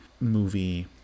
movie